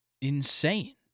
insane